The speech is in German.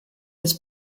des